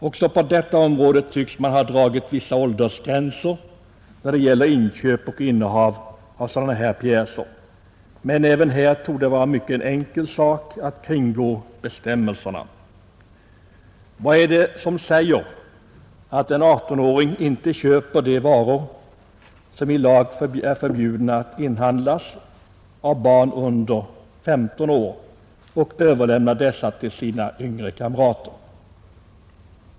Också på detta område tycks man ha dragit vissa åldersgränser när det gäller inköp och innehav av sådana pjäser, men även här torde det vara en mycket enkel sak att kringgå bestämmelserna. Vad är det som säger att en 18-åring inte köper de varor, som i lag är förbjudna att inhandlas av barn under 15 år, och överlämnar dessa till sina yngre kamrater?